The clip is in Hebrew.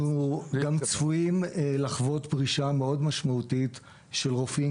אנחנו גם צפויים לחוות פרישה מאוד משמעותית של רופאים,